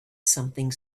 something